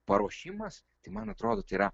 paruošimas tai man atrodo tai yra